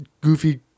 goofy